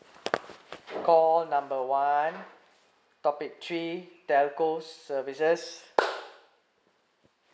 call number one topic three telco services